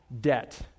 debt